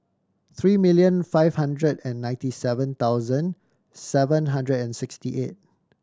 three million five hundred and ninety seven thousand seven hundred and sixty eight